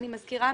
אני מזכירה,